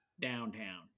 downtown